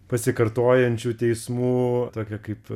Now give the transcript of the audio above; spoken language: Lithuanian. pasikartojančių teismų tokį kaip